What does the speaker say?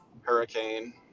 Hurricane